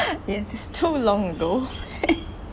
yes it's too long though